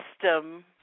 system